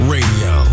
Radio